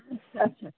اَچھا اَچھا